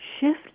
Shift